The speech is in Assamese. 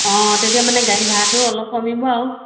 অ তেতিয়া মানে গাড়ীৰ ভাড়াটোও অলপ কমিব আৰু